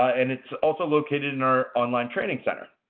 and it's also located in our online training center.